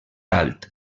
alt